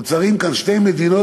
נוצרות כאן שתי מדינות,